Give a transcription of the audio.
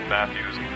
Matthews